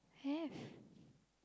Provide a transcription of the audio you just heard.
have